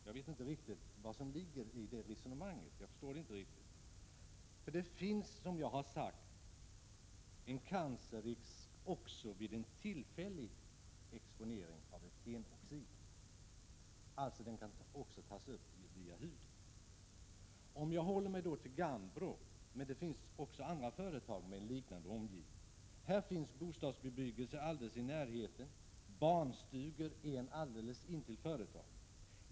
Jag vet inte riktigt vad som ligger i det resonemanget, eftersom jag inte riktigt förstår det. Det finns, som jag tidigare har sagt, en cancerrisk också vid tillfällig exponering av etenoxid — etenoxid kan således också tas upp genom huden. Jag skall här uppehålla mig vid företaget Gambro — det finns dock också andra företag som har en liknande omgivning. Det finns bostadsbebyggelse alldeles i närheten. Vidare finns det barnstugor alldeles intill företaget.